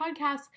Podcasts